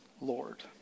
Lord